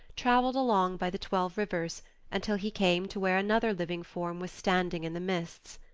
traveled along by the twelve rivers until he came to where another living form was standing in the mists.